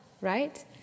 right